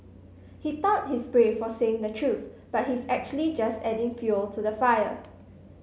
he thought he's brave for saying the truth but he's actually just adding fuel to the fire